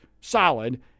solid